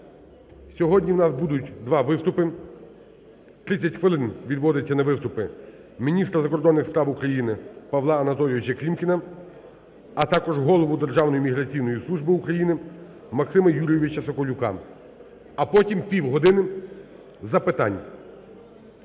Сьогодні у нас буде два виступи, 30 хвилин відводиться на виступи міністра закордонних справ України Павла Анатолійовича Клімкіна, а також голови Державної міграційної служби України Максима Юрійовича Соколюка, а потім півгодини запитань.